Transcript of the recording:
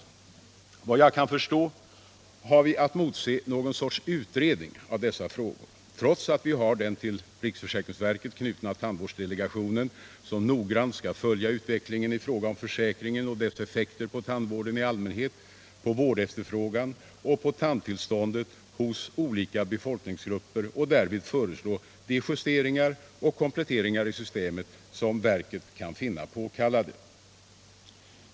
Enligt vad jag kan förstå har vi att motse någon sorts utredning av dessa frågor, trots att vi har den till riksförsäkringsverket knutna tandvårdsdelegationen, som noggrant skall följa utvecklingen i fråga om försäkringen och dess effekter på tandvården i allmänhet, på vårdefterfrågan och på tandtillståndet hos olika befolkningsgrupper och därvid föreslå de justeringar och kompletteringar i systemet som verket kan finna påkallade.